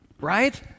Right